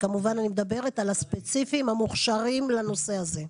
כשכמובן אני מדברת על הספציפיים המוכשרים לנושא הזה.